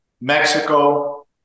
Mexico